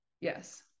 Yes